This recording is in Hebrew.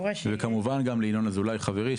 וכמובן גם לינון אזולאי חברי,